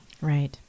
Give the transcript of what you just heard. right